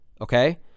okay